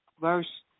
Verse